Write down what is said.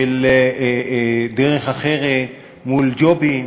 של דרך אחרת מול ג'ובים,